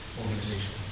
organization